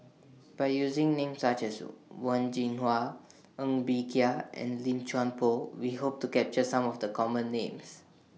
By using Names such as Wen Jinhua Ng Bee Kia and Lim Chuan Poh We Hope to capture Some of The Common Names